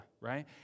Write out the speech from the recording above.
right